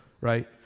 Right